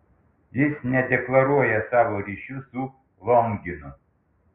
jis nedeklaruoja savo ryšių su longinu